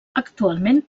actualment